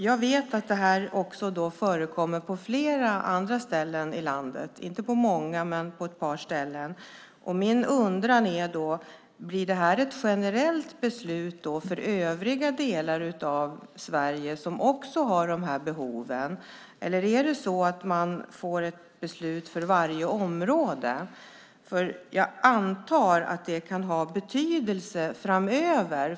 Jag vet att det här också förekommer på flera andra ställen i landet, inte på så många men på ett par ställen. Min undran är då: Blir det här ett generellt beslut som kommer att gälla för övriga delar av Sverige som också har de här behoven eller kommer man att få ett beslut för varje område? Jag antar att det kan ha betydelse framöver.